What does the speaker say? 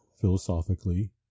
philosophically